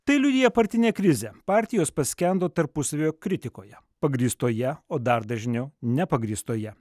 tai liudija partinė krizė partijos paskendo tarpusavio kritikoje pagrįstoje o dar dažniau nepagrįstoje